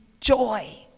joy